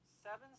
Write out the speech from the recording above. seven